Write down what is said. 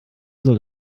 soll